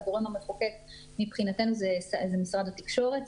הגורם המחוקק מבחינתנו זה משרד התקשורת,